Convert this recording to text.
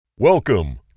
Welcome